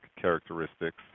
characteristics